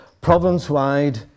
province-wide